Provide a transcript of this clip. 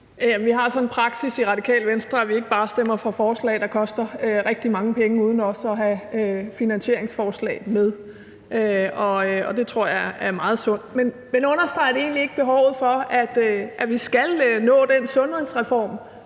sådan en praksis i Det Radikale Venstre, at vi ikke bare stemmer for forslag, der koster rigtig mange penge, uden også at have finansieringsforslag med, og det tror jeg er meget sundt. Men understreger det egentlig ikke behovet for, at vi skal nå den sundhedsreform,